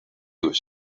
was